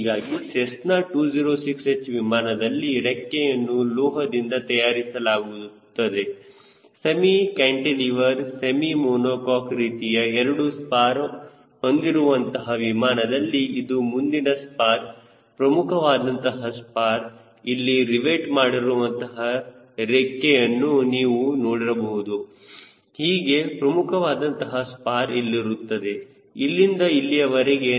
ಹೀಗಾಗಿ Cessna 206 H ವಿಮಾನದಲ್ಲಿ ರೆಕ್ಕೆಯನ್ನು ಲೋಹದಿಂದ ತಯಾರಿಸಲಾಗುತ್ತದೆ ಸೆಮಿ ಕ್ಯಾಂಟಿಲಿವರ್ ಸೆಮಿ ಮೋನುಕಾಕ್ ರೀತಿಯ ಎರಡು ಸ್ಪಾರ್ ಹೊಂದಿರುವಂತಹ ವಿಮಾನದಲ್ಲಿ ಇದು ಮುಂದಿನ ಸ್ಪಾರ್ ಪ್ರಮುಖವಾದಂತಹ ಸ್ಪಾರ್ ಇಲ್ಲಿ ರಿವೆಟ್ ಮಾಡಿರುವಂತಹ ರೇಖೆಯನ್ನು ನೀವು ನೋಡಬಹುದು ಹೀಗೆ ಪ್ರಮುಖವಾದಂತಹ ಸ್ಪಾರ್ ಇಲ್ಲಿರುತ್ತದೆ ಅಲ್ಲಿಂದ ಇಲ್ಲಿಯವರೆಗೆ